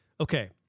Okay